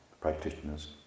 practitioners